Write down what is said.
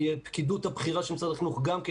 והפקידות הבכירה של משרד החינוך גם כן